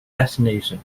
designation